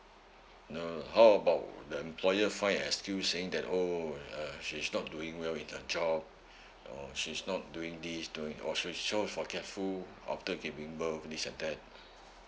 no no no how about the employer find exceuse saying that oh uh she's not doing well in her job or she's not doing this doing or she is so forgetful after giving birth this and that